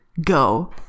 Go